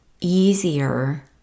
easier